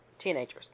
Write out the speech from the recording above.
teenagers